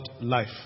life